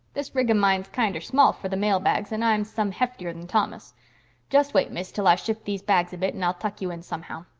this rig of mine's kinder small for the mail bags and i'm some heftier than thomas just wait, miss, till i shift these bags a bit and i'll tuck you in somehow.